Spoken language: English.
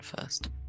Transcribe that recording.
first